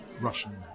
Russian